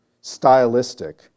stylistic